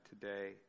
today